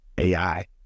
AI